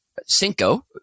Cinco